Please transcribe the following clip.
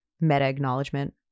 meta-acknowledgement